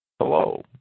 Hello